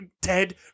Ted